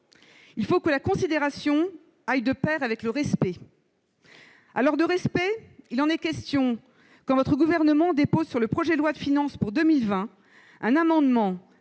Il faut que la considération aille de pair avec le respect. De respect, il en est question quand votre gouvernement dépose sur le projet de loi de finances pour 2020 un amendement